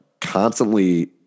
constantly